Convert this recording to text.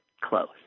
close